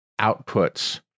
outputs